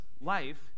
life